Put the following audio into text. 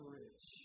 rich